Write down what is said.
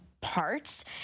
parts